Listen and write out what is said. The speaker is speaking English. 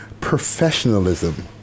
Professionalism